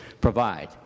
provide